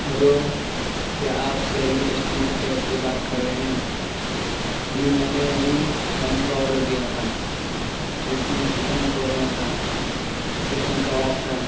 hello کیا آپ Swiggy customer care سے بات کر رہے ہیں جی میں نے ابھی لنچ کا آڈر دیا تھا جس میں چکن قورمہ تھا چکن کباب تھا